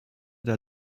der